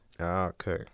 Okay